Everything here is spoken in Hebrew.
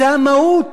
זו המהות